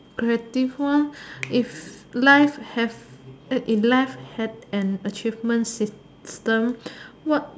creative one if life have eh if live had an achievement system what